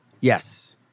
Yes